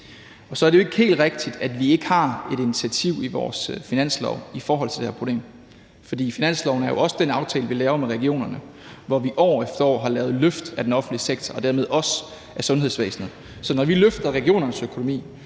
Så er det jo ikke helt rigtigt, at vi ikke har et initiativ i vores finanslovsforslag i forhold til det her problem. For finansloven er jo også den aftale, vi laver med regionerne, hvor vi år efter år har lavet løft af den offentlige sektor og dermed også af sundhedsvæsenet. Så når vi løfter regionernes økonomi,